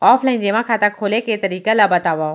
Offline जेमा खाता खोले के तरीका ल बतावव?